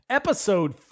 episode